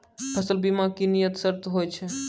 फसल बीमा के की नियम सर्त होय छै?